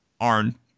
Arn